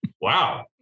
wow